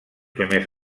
primers